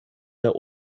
der